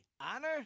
Honor